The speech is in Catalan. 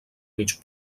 mig